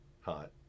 Hot